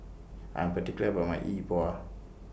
I Am particular about My Yi Bua